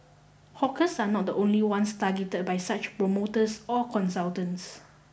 hawkers are not the only ones targeted by such promoters or consultants